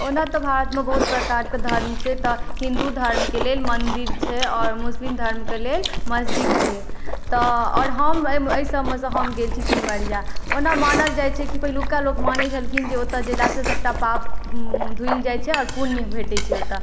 ओना तऽ भारतमे बहुत प्रकारके धर्म छै तऽ हिन्दू धर्मके लेल मन्दिर छै आओर मुस्लिम धर्मके लेल मस्जिद छै तऽ आओर हम अइमे अइ सबमे सँ हम गेल छी सिमरिया ओना मानल जाइ छै कि पहिलुका लोक मानय छलखिन जे ओतऽ गेलासँ सबटा पाप धुलि जाइ छै आओर पुण्य भेटय छै ओतऽ